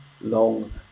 long